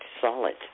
solid